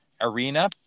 arena